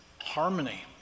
harmony